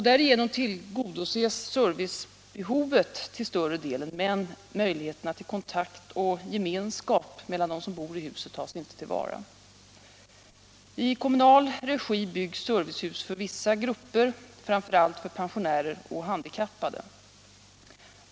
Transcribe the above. Därigenom tillgodoses servicebehovet till större delen, men möjligheterna till kontakt och gemenskap mellan dem som bor i huset tas inte till vara. I kommunal regi byggs servicehus för vissa grupper, framför allt för pensionärer och handikappade.